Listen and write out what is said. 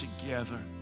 together